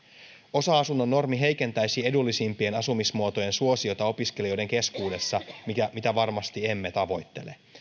osa asunnon normi heikentäisi edullisimpien asumismuotojen suosiota opiskelijoiden keskuudessa mitä varmasti emme tavoittele